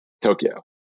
Tokyo